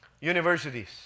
Universities